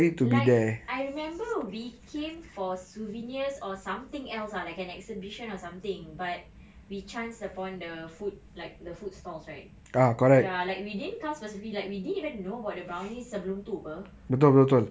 like I remember we came for souvenirs or something else lah like an exhibition or something but we chanced upon the food like the food stalls right ya like we didn't task was really like we didn't even know about the brownie sebelum tu apa